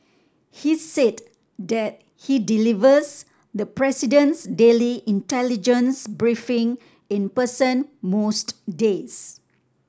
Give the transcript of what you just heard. he's said that he delivers the president's daily intelligence briefing in person most days